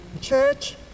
church